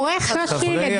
חברי